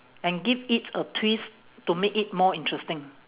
and give it a twist to make it more interesting